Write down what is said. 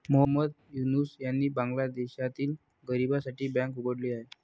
मोहम्मद युनूस यांनी बांगलादेशातील गरिबांसाठी बँक उघडली आहे